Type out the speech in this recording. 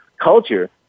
culture